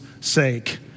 sake